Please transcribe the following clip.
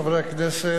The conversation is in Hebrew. חברי הכנסת,